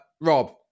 Rob